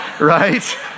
right